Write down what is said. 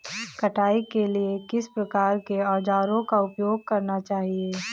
कटाई के लिए किस प्रकार के औज़ारों का उपयोग करना चाहिए?